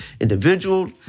individual